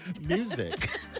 Music